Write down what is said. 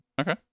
Okay